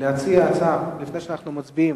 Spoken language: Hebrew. להציע הצעה, לפני שאנחנו מצביעים,